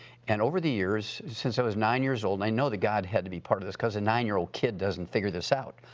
and over the years, since i was nine years old, and i know that god had to be part of this, because a nine year old kid doesn't figure this out,